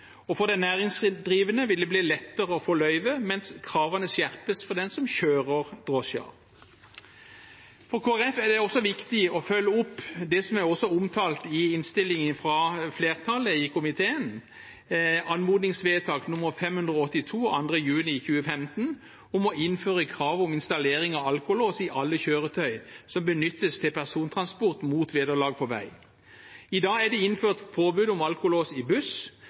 og for den næringsdrivende vil det bli lettere å få løyve, mens kravene skjerpes for den som kjører drosjen. For Kristelig Folkeparti er det også viktig å følge opp det som også er omtalt i innstillingen fra flertallet i komiteen, anmodningsvedtak 582 av 2. juni 2015, om å innføre krav om installering av alkolås i alle kjøretøy som benyttes til persontransport mot vederlag, på vei. I dag er det innført påbud om alkolås i buss.